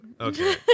Okay